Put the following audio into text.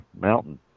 mountain